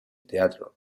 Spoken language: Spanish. teatro